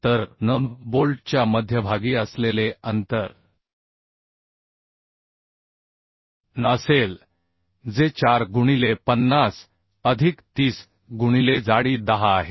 तर n बोल्टच्या मध्यभागी असलेले अंतर n असेल जे 4 गुणिले 50 अधिक 30 गुणिले जाडी 10 आहे